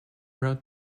wrote